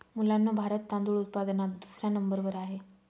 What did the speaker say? मुलांनो भारत तांदूळ उत्पादनात दुसऱ्या नंबर वर आहे